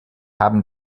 haben